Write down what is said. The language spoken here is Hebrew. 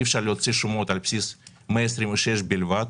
אי אפשר להוציא שומות על בסיס 126 בלבד.